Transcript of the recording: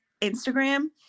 Instagram